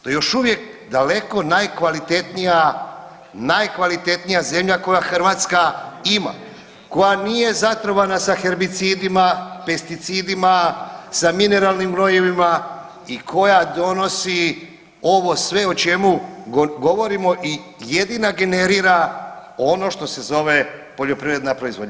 To je još uvijek daleko najkvalitetnija, najkvalitetnija zemlja koja Hrvatska ima, koja nije zatrovana sa herbicidima, pesticidima, sa mineralnim gnojivima i koja donosi ovo sve o čemu govorimo i jedina generira on što se zove poljoprivredna proizvodnja.